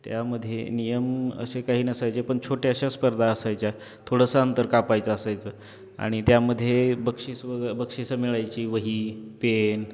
त्यामध्ये नियम असे काही नसायचे पण छोट्याशा स्पर्धा असायच्या थोडंसं अंतर कापायचं असायचं आणि त्यामध्ये बक्षिस व बक्षिसं मिळायची वही पेन